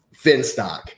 Finstock